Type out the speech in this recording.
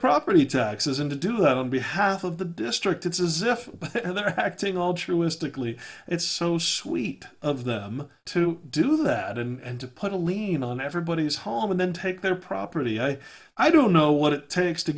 property taxes and to do them behalf of the district it's as if they're acting altruistically it's so sweet of them to do that and to put a lien on everybody's home and then take their property i don't know what it takes to